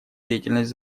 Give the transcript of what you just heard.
деятельность